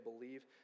believe